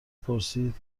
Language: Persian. پرسید